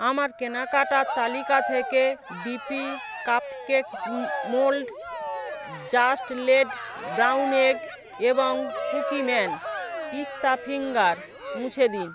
আমার কেনাকাটার তালিকা থেকে DP cupcake mould just led brown egg এবং কুকিম্যান পিস্তা ফিঙ্গার মুছে দিন